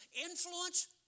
Influence